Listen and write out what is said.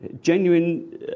genuine